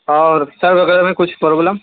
اور سر وغیرہ میں کچھ پرابلم